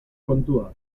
kontua